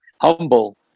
humble